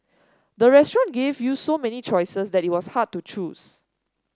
the restaurant gave you so many choices that it was hard to choose